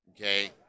okay